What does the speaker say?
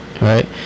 Right